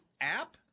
app